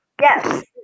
yes